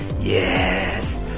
Yes